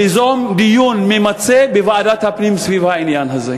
ליזום דיון ממצה בוועדת הפנים סביב העניין הזה.